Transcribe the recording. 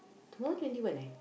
tomorrow twenty one eh